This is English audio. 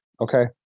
Okay